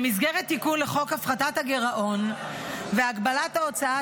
במסגרת תיקון לחוק הפחתת הגירעון והגבלת ההוצאה